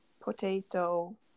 potato